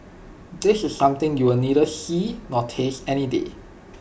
this is something you'll neither see nor taste any day